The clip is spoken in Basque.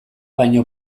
baino